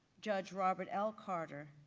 judge robert l. carter,